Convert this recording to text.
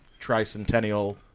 tricentennial